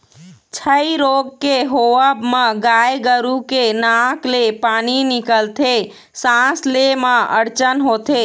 छई रोग के होवब म गाय गरु के नाक ले पानी निकलथे, सांस ले म अड़चन होथे